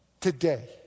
Today